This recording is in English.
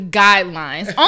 guidelines